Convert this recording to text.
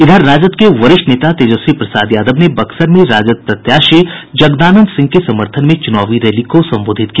इधर राजद के वरिष्ठ नेता तेजस्वी प्रसाद यादव ने बक्सर में राजद प्रत्याशी जगदानंद सिंह के समर्थन में चुनावी रैली को संबोधित किया